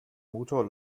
motor